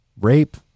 rape